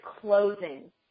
closing